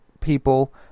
people